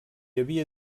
havia